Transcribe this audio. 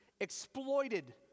exploited